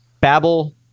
Babel